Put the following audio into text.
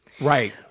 Right